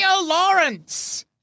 Lawrence